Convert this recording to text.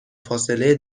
فاصله